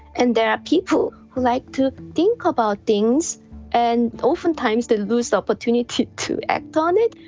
and there are people who like to think about things and oftentimes they lose the opportunity to act on it.